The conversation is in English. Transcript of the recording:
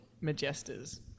Majestas